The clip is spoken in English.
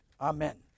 Amen